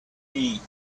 heat